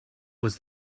was